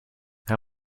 how